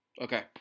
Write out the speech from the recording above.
Okay